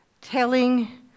telling